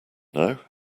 now